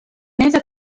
ماذا